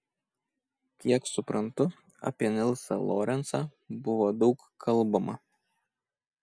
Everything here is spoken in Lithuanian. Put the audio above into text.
kiek suprantu apie nilsą lorencą buvo daug kalbama